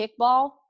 kickball